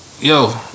yo